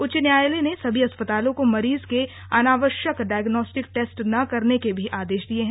उच्च न्यायालय ने सभी अस्पतालों को मरीजों के अनावश्यक डायग्नोस्टिक टेस्ट न करने के भी आदेश दिये हैं